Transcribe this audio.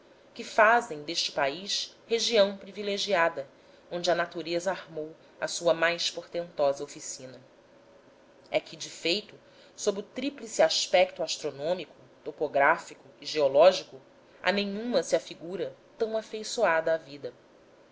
que fazem deste país região privilegiada onde a natureza armou a sua mais portentosa oficina é que de feito sob o tríplice aspecto astronômico topográfico e geológico nenhuma se afigura tão afeiçoada à vida